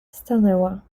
stanęła